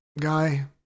guy